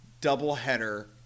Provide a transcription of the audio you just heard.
double-header